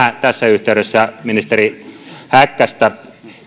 tässä yhteydessä ministeri häkkästä